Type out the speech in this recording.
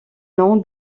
nom